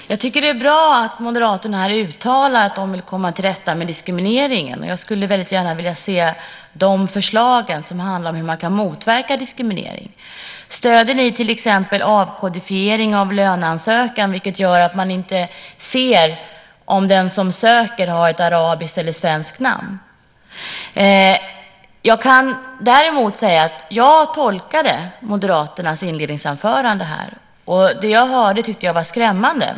Herr talman! Det är bra att Moderaterna uttalar att de vill komma till rätta med diskrimineringen. Jag skulle väldigt gärna vilja se de förslag som handlar om hur man kan motverka diskriminering. Stöder ni till exempel avkodifiering av löneansökan, vilket skulle göra att man inte ser om den som söker har arabiskt eller svenskt namn? Såsom jag tolkade Moderaternas inledningsanförande tyckte jag att det jag hörde var skrämmande.